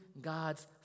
God's